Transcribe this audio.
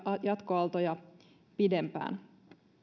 jatkoaaltoja pidempään